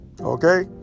okay